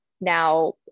now